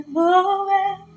moving